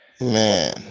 Man